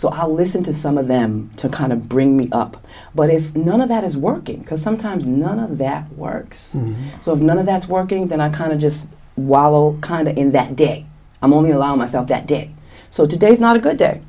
so i'll listen to some of them to kind of bring me up but if none of that is working because sometimes none of that works so if none of that's working then i kind of just wallow kind of in that day i'm only allow myself that day so today is not a good day